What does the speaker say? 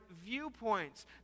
viewpoints